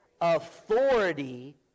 authority